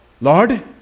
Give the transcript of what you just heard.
Lord